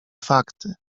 fakty